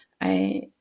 I-